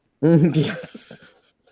Yes